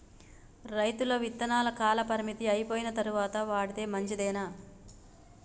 రైతులు విత్తనాల కాలపరిమితి అయిపోయిన తరువాత వాడితే మంచిదేనా?